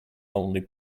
only